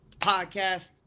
Podcast